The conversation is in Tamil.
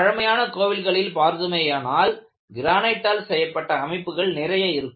பழமையான கோவில்களில் பார்த்தோமேயானால் கிரானைட்டால் செய்யப்பட்ட அமைப்புகள் நிறைய இருக்கும்